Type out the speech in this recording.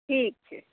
ठीक छै